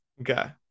Okay